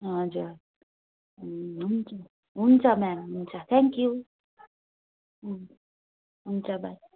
हजुर ए हुन्छ हुन्छ म्याम हुन्छ थ्याङ्क यु उम् हुन्छ बाइ